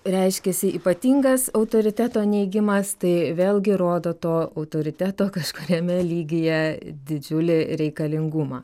reiškėsi ypatingas autoriteto neigimas tai vėlgi rodo to autoriteto kažkokiame lygyje didžiulį reikalingumą